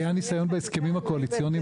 היה ניסיון בהסכמים הקואליציוניים.